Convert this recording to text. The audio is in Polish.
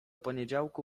poniedziałku